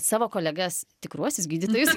savo kolegas tikruosius gydytojus